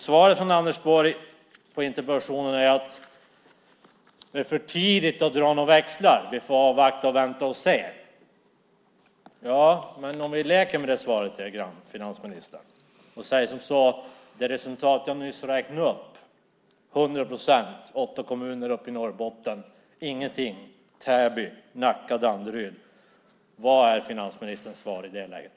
Svaret från Anders Borg är att det är för tidigt att dra några växlar; vi får vänta och se. Men låt oss leka med svaret lite grann, finansministern, och än en gång räkna upp: 100 procent i åtta kommuner i Norrbotten och ingenting i Täby, Nacka och Danderyd. Vad är finansministerns svar i det läget?